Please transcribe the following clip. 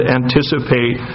anticipate